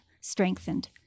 strengthened